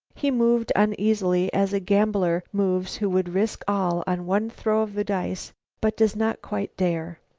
he moved uneasily, as a gambler moves who would risk all on one throw of the dice but does not quite dare.